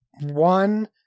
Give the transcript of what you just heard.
one